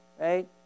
right